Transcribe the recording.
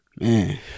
Man